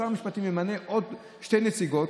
שר המשפטים ימנה עוד שתי נציגוֹת.